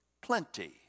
plenty